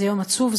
זה יום עצוב.